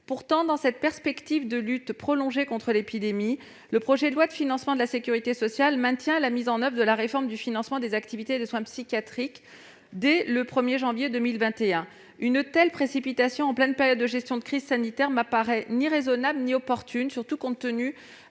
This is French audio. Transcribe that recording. Pourtant, dans cette perspective de lutte prolongée contre l'épidémie, le projet de loi de financement de la sécurité sociale maintient la mise en oeuvre de la réforme du financement des activités de soins psychiatriques, dès le 1 janvier 2021. Une telle précipitation, en pleine période de gestion de crise sanitaire, n'apparaît ni raisonnable ni opportune, alors que nous